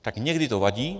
Tak někdy to vadí...